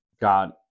God